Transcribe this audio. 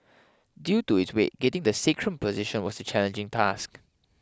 due to its weight getting the sacrum position was a challenging task